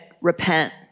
repent